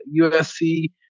USC